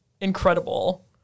incredible